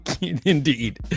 Indeed